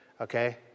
okay